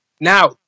Now